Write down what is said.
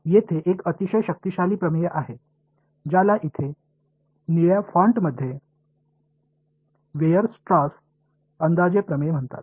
येथे एक अतिशय शक्तिशाली प्रमेय आहे ज्याला येथे निळ्या फॉन्टमध्ये वेयर्सट्रास अंदाजे प्रमेय म्हणतात